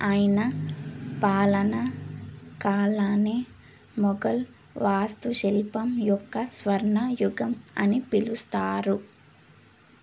ఆయన పాలన కాలాన్ని మొఘల్ వాస్తుశిల్పం యొక్క స్వర్ణ యుగం అని పిలుస్తారు